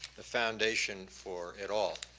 a foundation for it all.